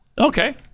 okay